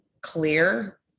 clear